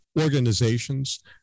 organizations